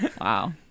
Wow